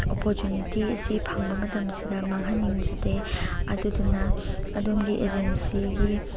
opportunity ꯑꯁꯤ ꯐꯪꯕ ꯃꯇꯝꯁꯤꯗ ꯃꯥꯡꯍꯟꯅꯤꯡꯗꯦ ꯑꯗꯨꯗꯨꯅ ꯑꯗꯣꯝꯒꯤ ꯑꯦꯖꯦꯟꯁꯤꯒꯤ